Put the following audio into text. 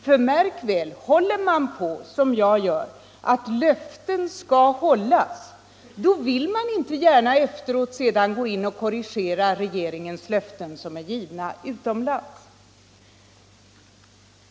För märk väl att om man, som jag gör, håller på att löften skall infrias, då vill man inte gärna efteråt gå in och korrigera regeringens löften som är givna utomlands.